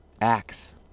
acts